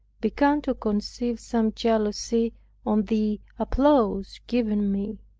began to conceive some jealousy on the applause given me,